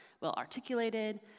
well-articulated